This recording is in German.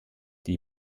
die